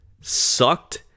sucked